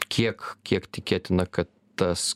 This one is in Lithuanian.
kiek kiek tikėtina kad tas